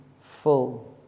full